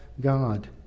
God